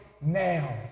now